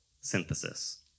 synthesis